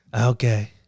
okay